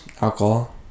alcohol